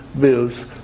bills